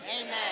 Amen